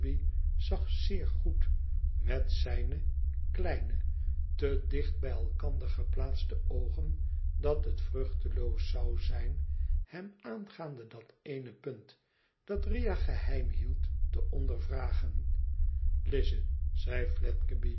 zag zeer goed met zijne kleine te dicht bij elkander geplaatste oogen dat het vruchteloos zou zijn hem aangaande dat ééne punt dat riah geheim hield te ondervragen lize zei